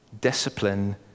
discipline